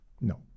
no